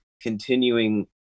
continuing